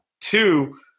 Two